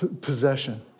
possession